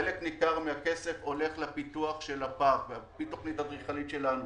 חלק ניכר מהכסף הולך לפיתוח של הפארק ועל פי תוכנית אדריכלית שלנו.